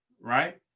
right